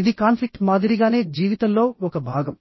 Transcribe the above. ఇది కాన్ఫ్లిక్ట్ మాదిరిగానే జీవితంలో ఒక భాగం